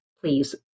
please